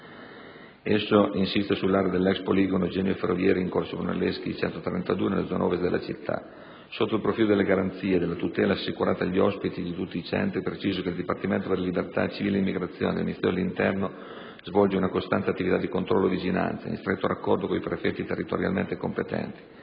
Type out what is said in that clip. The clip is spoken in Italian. Esso insiste nell'area dell'ex poligono Genio ferrovieri in corso Brunelleschi, n. 132, nella zona ovest della città. Sotto il profilo della garanzie e della tutela assicurate agli ospiti di tutti i centri, preciso che il Dipartimento per le libertà civili e l'immigrazione del Ministero dell'interno svolge una costante attività di controllo e vigilanza, in stretto raccordo con i prefetti territorialmente competenti,